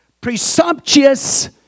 Presumptuous